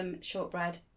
shortbread